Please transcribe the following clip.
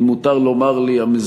אם מותר לי לומר המזויף,